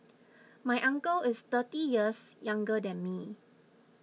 my uncle is thirty years younger than me